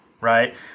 right